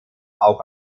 auch